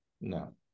No